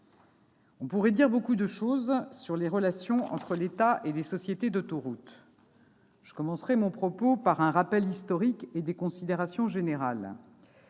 On pourrait dire beaucoup de choses sur les relations entre l'État et les sociétés d'autoroutes ; je commencerai mon propos par un rappel historique et des considérations générales.